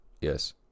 Yes